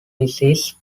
disease